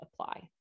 apply